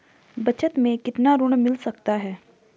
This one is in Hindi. बचत मैं कितना ऋण मिल सकता है?